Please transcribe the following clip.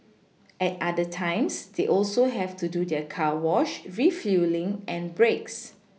at other times they also have to do their car wash refuelling and breaks